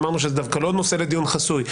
ואמרנו שזה דווקא לא נושא לדיון חסוי,